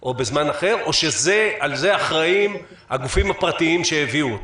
או בזמן אחר או שעל זה אחראים הגופים הפרטיים שהביאו אותם?